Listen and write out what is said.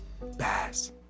bass